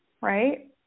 right